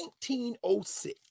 1906